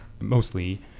mostly